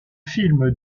film